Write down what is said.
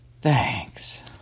Thanks